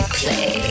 play